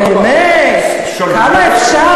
באמת, כמה אפשר?